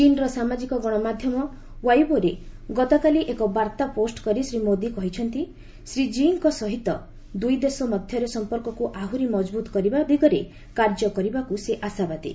ଚୀନ୍ର ସାମାଜିକ ଗଣମାଧ୍ୟମ ୱୁଇବୋରେ ଗତକାଲି ଏକ ବାର୍ତ୍ତା ପୋଷ୍ କରି ଶ୍ରୀ ମୋଦି କହିଛନ୍ତି ଶ୍ରୀ ଜିଇଙ୍କ ସହିତ ଦୁଇଦେଶ ମଧ୍ୟରେ ସଂପର୍କକୁ ଆହୁରି ମଜବୁତ କରିବା ଦିଗରେ କାର୍ଯ୍ୟ କରିବାକୁ ସେ ଆଶାବାଦୀ